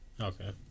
Okay